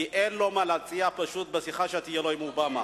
כי פשוט אין לו מה להציע בשיחה שתהיה לו עם אובמה.